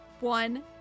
one